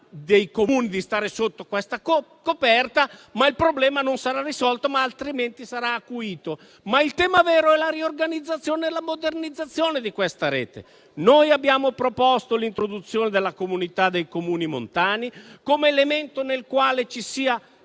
dei Comuni di stare sotto questa coperta, ma il problema non sarà risolto, anzi sarà acuito. Il tema vero, però, è la riorganizzazione e la modernizzazione di questa rete. Abbiamo proposto l'introduzione della comunità dei Comuni montani come elemento nel quale ci sia